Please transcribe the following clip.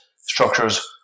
structures